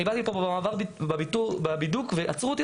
אני באתי לפה ובמעבר בידוק עצרו אותי,